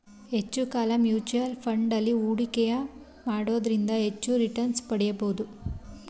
ಹೆಚ್ಚು ಕಾಲ mutual fund ಅಲ್ಲಿ ಹೂಡಿಕೆಯ ಮಾಡೋದ್ರಿಂದ ಹೆಚ್ಚು ರಿಟನ್ಸ್ ಪಡಿಬೋದು